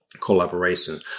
collaboration